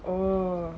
or